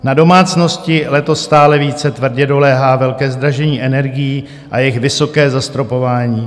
Na domácnosti letos stále více tvrdě doléhá velké zdražení energií a jejich vysoké zastropování.